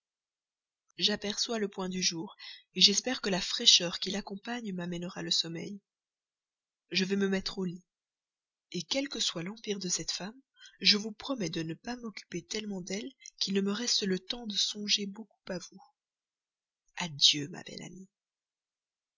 j'aperçois le point du jour j'espère que la fraîcheur qui l'accompagne m'amènera le sommeil je vais me remettre au lit quel que soit l'empire de cette femme je vous promets de ne pas m'occuper tellement d'elle qu'il ne me reste le temps de songer beaucoup à vous adieu ma